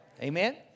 Amen